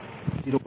3846V1 V1 1